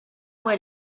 what